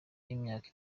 y’imyaka